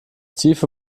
tiefe